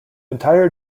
entire